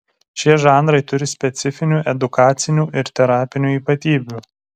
šie žanrai turi specifinių edukacinių ir terapinių ypatybių